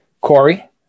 Corey